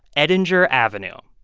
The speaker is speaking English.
edinger avenue,